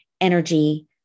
energy